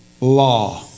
law